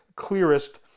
clearest